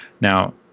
Now